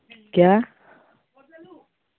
क्या